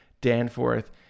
Danforth